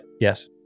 yes